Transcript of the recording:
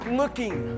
looking